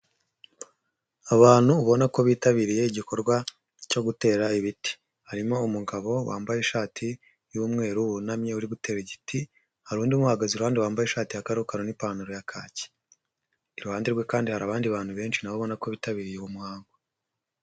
Abantu ubona ko bitabiriye igikorwa cyo gutera ibiti, harimo umugabo wambaye ishati y'umweru wunamye uritera igiti, hari undi muhagazeruhande wambaye ishati ya karokaro n'ipantaro ya kaki, iruhande rwe kandi hari abandi bantu benshi nabo ubona ko bitabiriye uwo muhango.